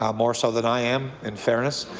um more so than i am, in fairness.